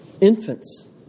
Infants